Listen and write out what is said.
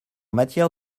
matière